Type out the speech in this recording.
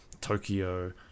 Tokyo